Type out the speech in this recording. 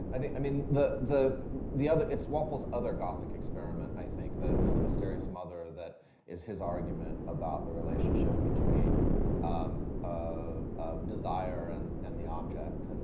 i think, i mean, the the other, it's walpole's other gothic experiment, i think, the, you know, the mysterious mother, that is his argument about the relationship between um um desire, and and the object, and